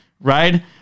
right